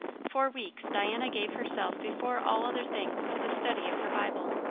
for weeks diana gave herself before all other things to the study of her bible,